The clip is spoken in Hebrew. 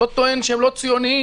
אני לא טוען שהם לא ציונים,